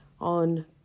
on